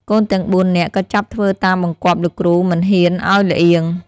កូនទាំង ៤ នាក់ក៏ចាប់ធ្វើតាមបង្គាប់លោកគ្រូមិនហ៊ានឱ្យល្អៀង ។